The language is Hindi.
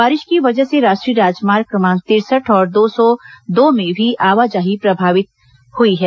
बारिश की वजह से राष्ट्रीय राजमार्ग क्रमांक तिरसठ और दो सौ दो में भी आवाजाही प्रभावित हुई है